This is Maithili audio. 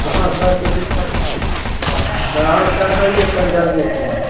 हँ सबके दिक्कत हँ हँ तऽ अहाँ करबाइये तनी जल्दीसिना